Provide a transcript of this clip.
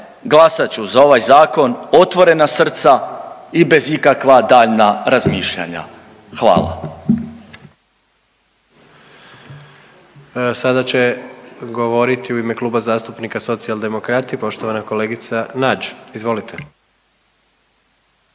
glasat ću za ovaj zakon otvorena srca i bez ikakva daljnja razmišljanja. Hvala.